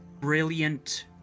brilliant